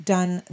Done